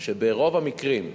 שברוב המקרים,